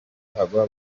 hagwa